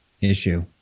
issue